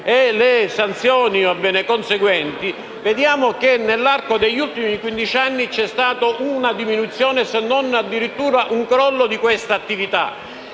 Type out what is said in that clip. e le sanzioni conseguenti, notiamo che negli ultimi quindici anni c'è stata una diminuzione, se non addirittura un crollo di tali attività.